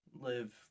live